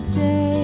day